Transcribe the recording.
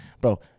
bro